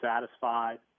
satisfied